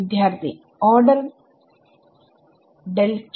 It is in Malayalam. വിദ്യാർത്ഥി refer time1856 ഓർഡർ ഡെൽ q